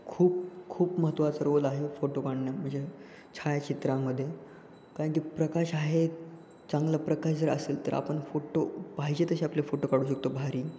खूप खूप महत्त्वाचा रोल आहे फोटो काढण्या म्हणजे छायाचित्रामध्ये कारणकी प्रकाश हा एक चांगला प्रकाश जर असेल तर आपण फोटो पाहिजे तसे आपले फोटो काढू शकतो भारी